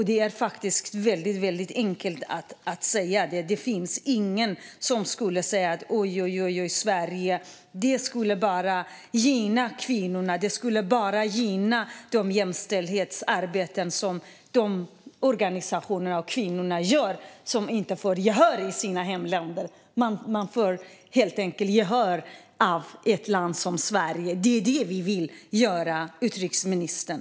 Det är faktiskt väldigt enkelt att säga det. Det finns ingen som skulle säga: Oj, vad säger Sverige. Det skulle bara gynna kvinnorna och gynna det jämställdhetsarbete som dessa kvinnor och organisationer gör men som inte får gehör i sina hemländer. Man måste helt enkelt få gehör från ett land som Sverige. Det är det som vi vill, utrikesministern.